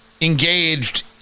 engaged